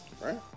Right